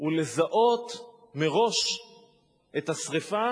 הוא לזהות מראש את השרפה